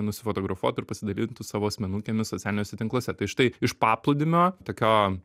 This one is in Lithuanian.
nusifotografuotų ir pasidalintų savo asmenukėmis socialiniuose tinkluose tai štai iš paplūdimio tokio